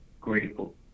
Grateful